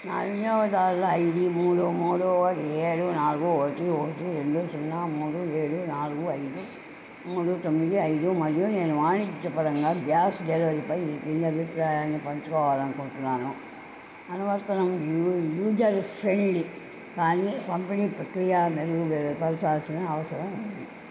నా వినియోగదారుల ఐడి మూడు మూడు ఒకటి ఏడు నాలుగు ఒకటి ఒకటి రెండు సున్నా మూడు ఏడు నాలుగు ఐదు మూడు తొమ్మిది ఐదు మరియు నేను వాణిజ్యపరంగా గ్యాస్ ఈ క్రింది అభిప్రాయాన్ని పంచుకోవాలనుకుంటున్నాను అనువర్తనం యూ యూజర్ ఫ్రెండ్లీ కానీ పంపిణీ ప్రక్రియ మెరుగుపరచాల్సిన అవసరం ఉంది